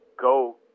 go